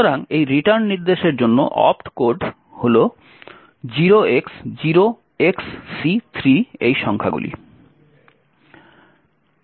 সুতরাং এই রিটার্ন নির্দেশের জন্য অপ্ট কোড হল 0x0XC3 এই সংখ্যাগুলি